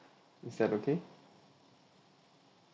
is that okay